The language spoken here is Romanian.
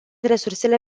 resursele